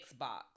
Xbox